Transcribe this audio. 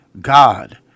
God